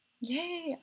yay